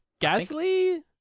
Gasly